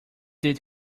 did